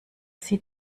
sie